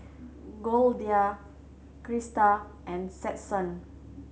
Goldia Christa and Stetson